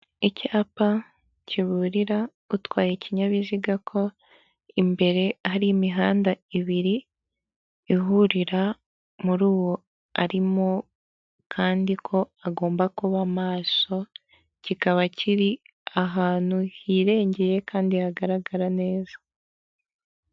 Icyapa kiburira utwaye ikinyabiziga ko imbere ari imihanda ibiri ihurira muri uwo arimo, kandi ko agomba kuba maso; kikaba kiri ahantu hirengeye kandi hagaragara neza.